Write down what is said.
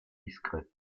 discret